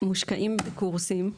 מושקעים בקורסים,